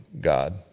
God